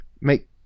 make